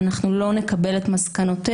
ואנחנו לא נקבל את מסקנותיה.